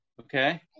Okay